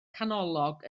canolog